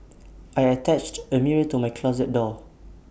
I attached A mirror to my closet door